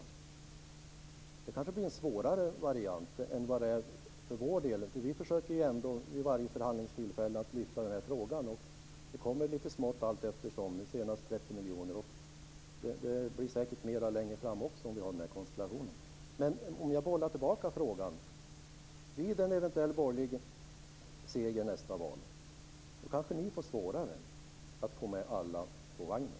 Det kanske blir en svårare variant än för vår del. Vi försöker ändå vid varje förhandlingstillfälle att lyfta frågan, och vi kommer framåt lite smått allteftersom. Nu senast blev det 30 miljoner. Det blir säkert mer längre fram om vi har den här konstellationen. Jag kan bolla tillbaka frågan. Vid en eventuell borgerlig seger nästa val kanske ni får svårare att få med alla på vagnen.